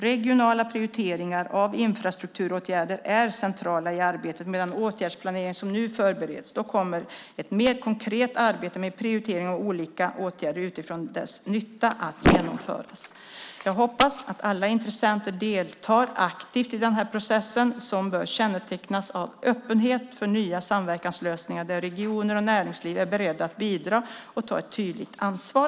Regionala prioriteringar av infrastrukturåtgärder är centrala i arbetet med den åtgärdsplanering som nu förbereds. Då kommer ett mer konkret arbete med prioritering av olika åtgärder utifrån dess nytta att genomföras. Jag hoppas att alla intressenter deltar aktivt i denna process, som bör kännetecknas av öppenhet för nya samverkanslösningar där regioner och näringsliv är beredda att bidra och ta ett tydligt ansvar.